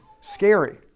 scary